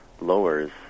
lowers